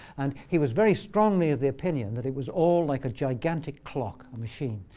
and he was very strongly of the opinion that it was all like a gigantic clock, a machine.